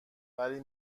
ولی